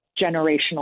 generational